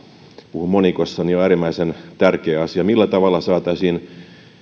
puhun monikossa on äärimmäisen tärkeä asia se millä tavalla saataisiin